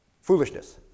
foolishness